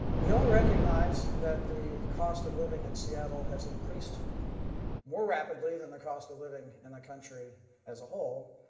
we all recognize that the cost of living in seattle has increased more rapidly than the cost of living in the country as a whole.